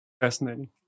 Fascinating